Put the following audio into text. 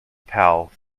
pal